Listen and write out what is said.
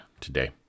today